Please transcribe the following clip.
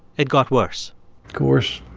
it got worse course,